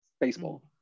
baseball